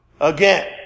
again